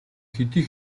хэдий